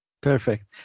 perfect